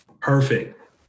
perfect